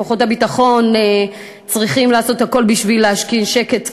כוחות הביטחון צריכים לעשות הכול בשביל להשכין שקט,